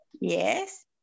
Yes